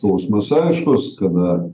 klausimas aiškus kada